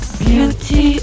beauty